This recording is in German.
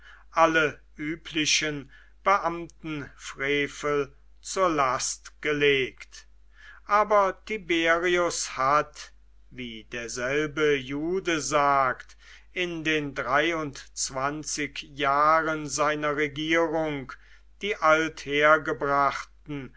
alle üblichen beamtenfrevel zur last gelegt aber tiberius hat wie derselbe jude sagt in den dreiundzwanzig jahren seiner regierung die